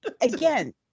Again